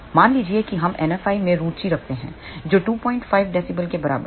मान लीजिए कि हम NFi में रुचि रखते हैं जो 25 dB के बराबर है